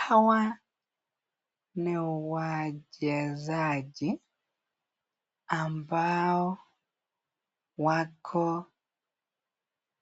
Hawa ni wachezaji, ambao wako